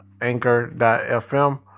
anchor.fm